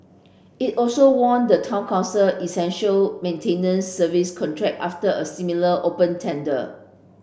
it also won the town council essential maintenance service contract after a similar open tender